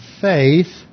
faith